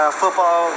football